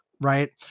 Right